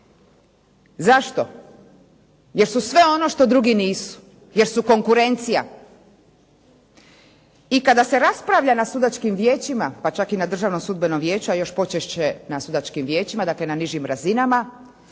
Zašto? Jer su sve ono što drugi nisu. Jer su konkurencija. I kada se raspravlja na sudačkim vijećima, pa čak i na Državnom sudbenom vijeću a još počešće na sudačkim vijećima, dakle na nižim razinama,